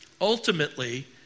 ultimately